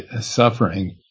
suffering